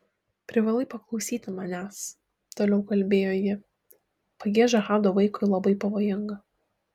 privalai paklausyti manęs toliau kalbėjo ji pagieža hado vaikui labai pavojinga